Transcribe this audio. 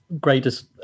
greatest